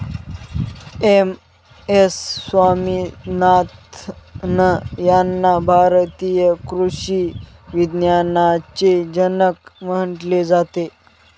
M S Swaminathan यांना भारतीय कृषी विज्ञानाचे जनक म्हटले जाते